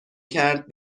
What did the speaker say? کرد